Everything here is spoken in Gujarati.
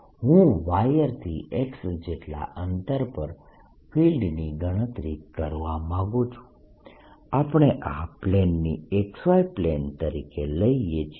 હું વાયરથી x જેટલા અંતર પર ફિલ્ડની ગણતરી કરવા માંગુ છું આપણે આ પ્લેનને XY પ્લેન તરીકે લઈએ છીએ